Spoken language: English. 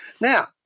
Now